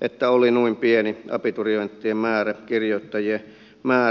että oli noin pieni abiturienttien määrä kirjoittajien määrä